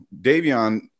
Davion